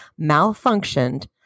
malfunctioned